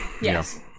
yes